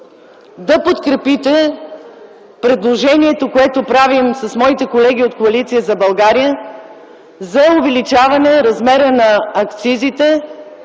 да подкрепите предложението, което правим с моите колеги от Коалиция за България, за увеличаване на акцизите